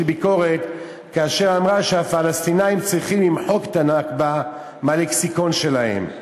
ביקורת כאשר אמרה שהפלסטינים צריכים למחוק את הנכבה מהלקסיקון שלהם.